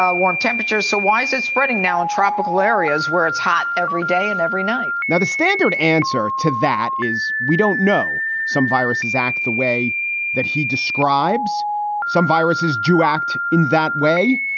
ah warm temperatures. so why is it spreading now in tropical areas where it's hot every day and every night? now, the standard answer to that is we don't know. some viruses act the way that he describes some viruses do act in that way.